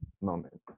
moment